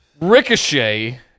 Ricochet